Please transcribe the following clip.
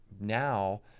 Now